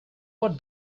what